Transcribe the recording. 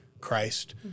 Christ